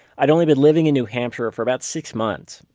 i had only been living in new hampshire for about six months.